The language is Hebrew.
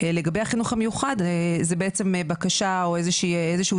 לגבי החינוך המיוחד, זה בעצם בקשה או איזשהו